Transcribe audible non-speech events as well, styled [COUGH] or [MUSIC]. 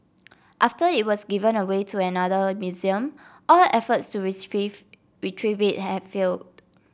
after it was given away to another museum all efforts to [UNINTELLIGIBLE] retrieve it had failed